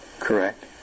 Correct